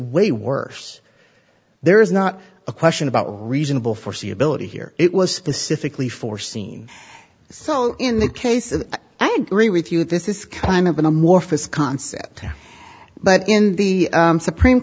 way worse there is not a question about reasonable foreseeability here it was specifically foreseen so in the case and i agree with you that this is kind of an amorphous concept but in the supreme